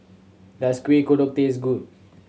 does Kuih Kodok taste good